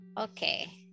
Okay